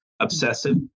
obsessive